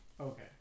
okay